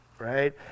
Right